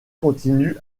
continue